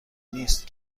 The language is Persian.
نیست